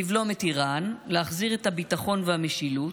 לבלום את איראן, להחזיר את הביטחון והמשילות,